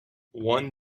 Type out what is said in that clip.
one